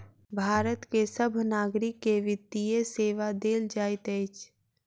भारत के सभ नागरिक के वित्तीय सेवा देल जाइत अछि